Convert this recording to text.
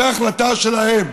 זו החלטה שלהם.